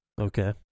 Okay